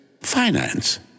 finance